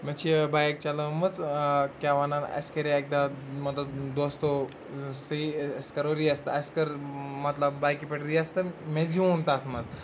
مےٚ چھِ بایِک چَلٲمٕژ کیٛاہ وَنان اَسہِ کَرے اَکہِ دۄہ مطلب دوستو سے أسۍ کَرو ریس تہٕ اَسہِ کٔر مطلب بیکہِ پٮ۪ٹھ ریس تہٕ مےٚ زیُن تَتھ منٛز